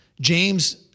James